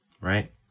right